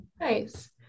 Nice